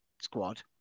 squad